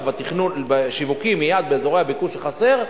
בתכנון שיווקי מייד באזורי הביקוש שחסר,